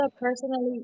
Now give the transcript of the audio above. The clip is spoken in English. personally